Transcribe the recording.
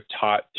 taught